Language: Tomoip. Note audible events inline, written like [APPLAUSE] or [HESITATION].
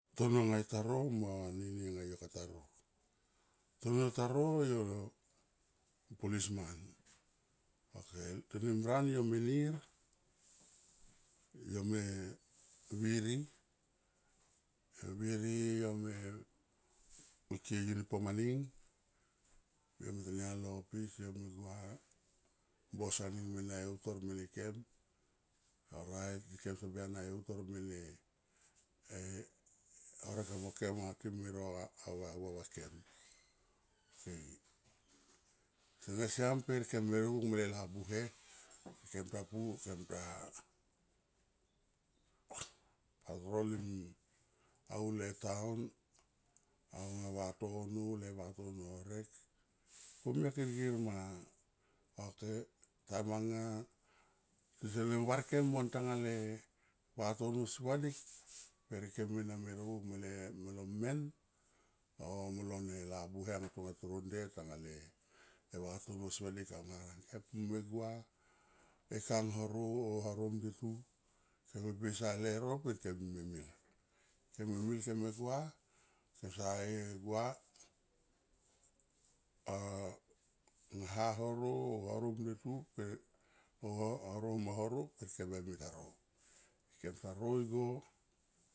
Tono ngae ta ro mo anini nga yo kata ro tono ta ro yo police man, okay, tenim ran yome nir yo me viri, viri, yo me uti uniform aning yo me ntania li lo office yo me gua boss aning me na e utor mene kem orait kem, orait, kem sabea na e utor mene [HESITATION] e borek amo kem anga time ro [HESITATION] au ya va kem [NOISE] okay, sene siam per keme rokuk mele [NOISE] labuhe [NOISE] kemta [NOISE] pu [NOISE] kemta [NOISE] rolen aule town aunga vatono le vatono no horek [NOISE] komia [NOISE] kirkir ma okay time anga ti sene var kem mo ntanga le vatono si vadik per kem ena me ro kuk male molo men o molo ne labuhe anga tonga toro nde tanga le, e vatono si vadik au ngarang kem pu me gua e kang horo o horom ndetu keme pisa leuro pe kem mi me mil kem me mil kem me gua kem sa ye gua a nga ha horo o horom nde tu e oho horo mo horo pe kem bemita ro kem ta ro igo.